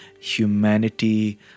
humanity